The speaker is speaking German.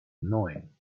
neun